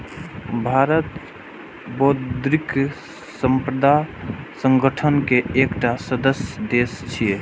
भारत बौद्धिक संपदा संगठन के एकटा सदस्य देश छियै